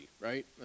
right